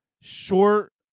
short